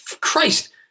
Christ